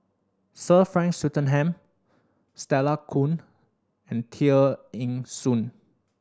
Sir Frank Swettenham Stella Kon and Tear Ee Soon